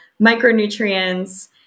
micronutrients